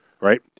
right